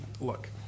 look